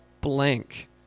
blank